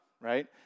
right